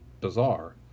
bizarre